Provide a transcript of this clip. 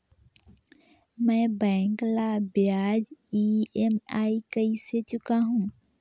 मैं बैंक ला ब्याज ई.एम.आई कइसे चुकाहू?